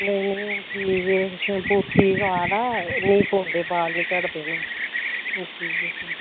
नेईं नेईं हुन ठीक ऐ शैम्पू ठीक आदा नीं पौंदे नीं बाल नीं चढ़दे ओह् ठीक ऐ